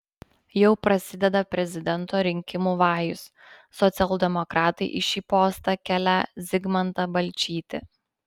jau prasideda prezidento rinkimų vajus socialdemokratai į šį postą kelią zigmantą balčytį